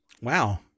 Wow